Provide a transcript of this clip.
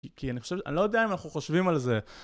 כי אני חושב, אני לא יודע אם אנחנו חושבים על זה.